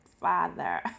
father